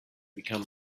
become